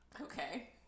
Okay